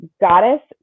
Goddess